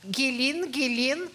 gilyn gilyn